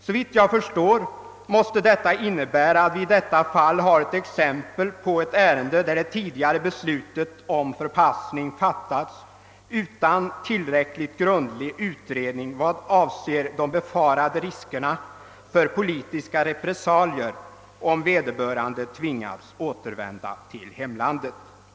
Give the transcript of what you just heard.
Såvitt jag förstår har vi här ett exempel på ett ärende, där det tidigare beslutet om förpassning fattats utan tillräckligt grundlig utredning i vad avser de befarade riskerna för politiska repressalier om vederbörande tvingas återvända till hemlandet.